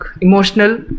emotional